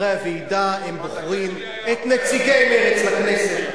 וחברי הוועידה בוחרים את נציגי מרצ לכנסת.